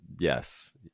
yes